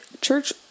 church